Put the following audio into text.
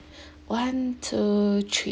one two three